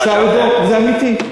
זה אמיתי.